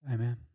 Amen